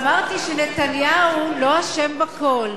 אמרתי שנתניהו לא אשם בכול,